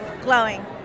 glowing